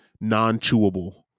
non-chewable